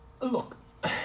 Look